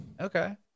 Okay